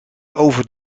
over